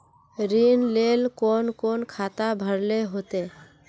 ऋण लेल कोन कोन खाता भरेले होते?